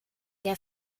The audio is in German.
der